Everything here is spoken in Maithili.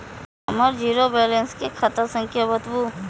हमर जीरो बैलेंस के खाता संख्या बतबु?